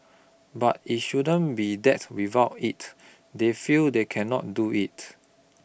but it shouldn't be that without it they feel they cannot do it